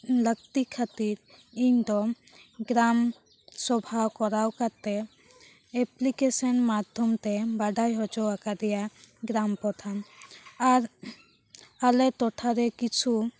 ᱞᱟᱹᱠᱛᱤ ᱠᱷᱟᱹᱛᱤᱨ ᱤᱧ ᱫᱚ ᱜᱨᱟᱢ ᱥᱚᱵᱷᱟ ᱠᱚᱨᱟᱣ ᱠᱟᱛᱮᱫ ᱮᱯᱞᱤᱠᱮᱥᱮᱱ ᱢᱟᱫᱽᱫᱷᱚᱢ ᱛᱮ ᱵᱟᱰᱟᱭ ᱦᱚᱪᱚᱣᱟᱠᱟᱫᱮᱭᱟ ᱜᱨᱟᱢ ᱯᱚᱨᱫᱷᱟᱱ ᱟᱨ ᱟᱞᱮ ᱴᱚᱴᱷᱟ ᱨᱮ ᱠᱤᱪᱷᱩ